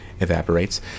evaporates